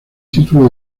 título